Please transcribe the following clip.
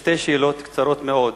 שתי שאלות קצרות מאוד.